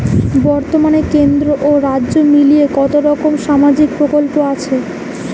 বতর্মানে কেন্দ্র ও রাজ্য মিলিয়ে কতরকম সামাজিক প্রকল্প আছে?